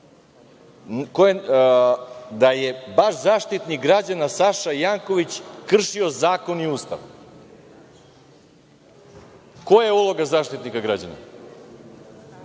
da je baš Zaštitnik građana, Saša Janković, kršio zakon i Ustav. Koja je uloga Zaštitnika građana?